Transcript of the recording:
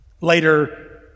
later